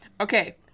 Okay